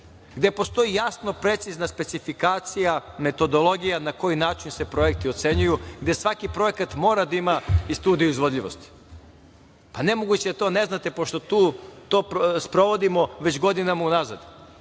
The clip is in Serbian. gde postoji jasno precizna specifikacija, metodologija na koji način se projekti ocenjuju, gde svaki projekat mora da ima i studiju izvodljivosti. Nemoguće da to ne znate pošto to sprovodimo već godinama unazad